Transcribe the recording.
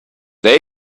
they